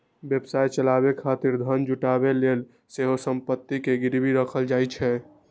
व्यवसाय चलाबै खातिर धन जुटाबै लेल सेहो संपत्ति कें गिरवी राखल जाइ छै